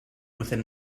within